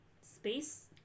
Space